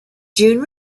june